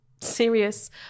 serious